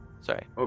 Sorry